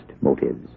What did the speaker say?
motives